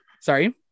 Sorry